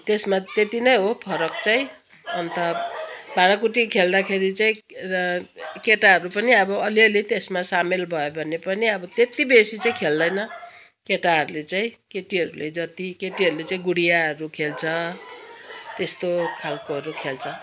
त्यसमा त्यति नै हो फरक चाहिँ अन्त भाँडाकुटी खेल्दाखेरि चाहिँ केटाहरू पनि अलिअलि त्यसमा सामेल भयो भने पनि अब त्यति बेसी चाहिँ खेल्दैन केटाहरूले चाहिँ केटीहरूले जति केटीहरूले चाहिँ गुडियाहरू खेल्छ त्यस्तो खालकोहरू खेल्छ